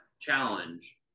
challenge